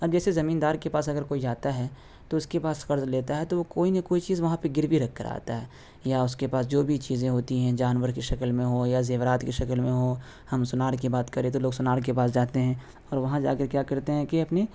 اب جیسے زمیندار کے پاس اگر کوئی جاتا ہے تو اس کے پاس قرض لیتا ہے تو وہ کوئی نہ کوئی چیز وہاں پر گروی رکھ کر آتا ہے یا اس کے پاس جو بھی چیزیں ہوتی ہیں جانور کی شکل میں ہو یا زیورات کی شکل میں ہوں ہم سونار کی بات کریں تو لوگ سونار کے پاس جاتے ہیں اور وہاں جا کے کیا کرتے ہیں کہ اپنی